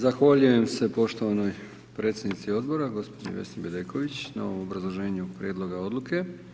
Zahvaljujem se poštovanoj predsjednici Odbora gospođi Vesni Bedeković na ovom obrazloženju Prijedloga odluke.